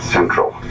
Central